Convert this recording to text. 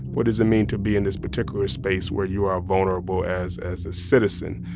what does it mean to be in this particular space where you are vulnerable as as a citizen?